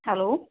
hello